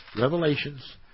Revelations